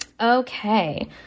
Okay